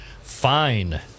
fine